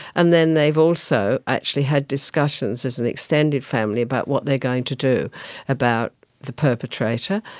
and then they've also actually had discussions as an extended family, about what they're going to do about the perpetrator,